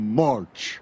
march